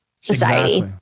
society